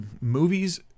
movies